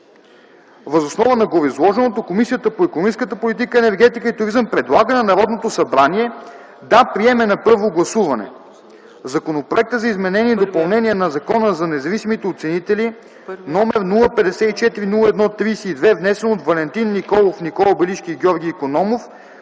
Въз основа на гореизложеното Комисията по икономическата политика, енергетика и туризъм предлага на Народното събрание да приеме на първо гласуване Законопроекта за изменение и допълнение на Закона за независимите оценители, § 054-01-32, внесен от Валентин Николов, Никола Белишки и Георги Икономов